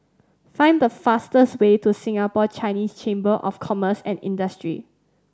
find the fastest way to Singapore Chinese Chamber of Commerce and Industry